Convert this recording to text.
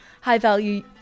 high-value